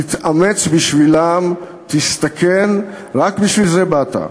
תתאמץ בשבילם, תסתכן, רק בשביל זה באת.